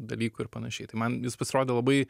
dalyku ir panašiai tai man jis pasirodė labai